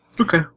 Okay